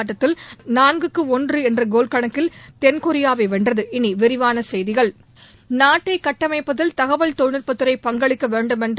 ஆட்டத்தில் நான்குக்கு ஒன்று என்ற கோல் கணக்கில் தென்கொரியாவை வென்றது இனி விரிவான செய்திகள் நாட்டை கட்டமைப்பதில் தகவல் தொழில்நட்பத் துறை பங்களிக்க வேண்டுமென்று